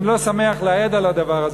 אני לא שמח לאיד על הדבר הזה,